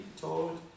told